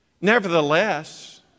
Nevertheless